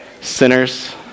sinners